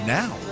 now